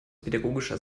pädagogischer